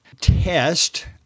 test